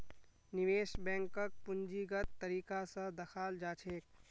निवेश बैंकक पूंजीगत तरीका स दखाल जा छेक